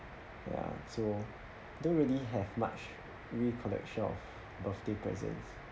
ya so didn't really have much recollection of birthday presents